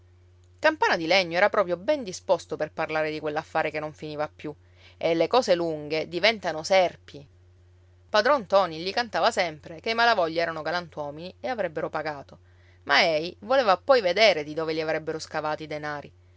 campana di legno era proprio ben disposto per parlare di quell'affare che non finiva più e le cose lunghe diventano serpi padron ntoni gli cantava sempre che i malavoglia erano galantuomini e avrebbero pagato ma ei voleva poi vedere di dove li avrebbero scavati i denari